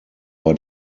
bei